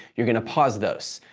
you're going to pause those.